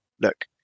look